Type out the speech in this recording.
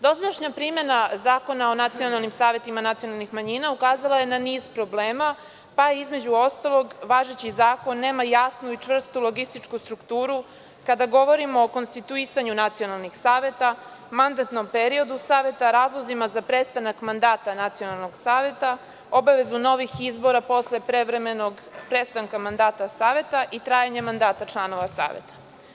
Dosadašnja primena Zakona o nacionalnim savetima nacionalnih manjina ukazala je na niz problema, pa, između ostalog, važeći zakon nema jasnu i čvrstu logističku strukturu kada govorimo o konstituisanju nacionalnih saveta, mandatnom periodu saveta, razlozima za prestanak mandata nacionalnog saveta, obavezu novih izbora posle prevremenog prestanka mandata saveta i trajanje mandata članova saveta.